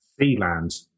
Sealand